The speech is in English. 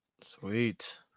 Sweet